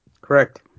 Correct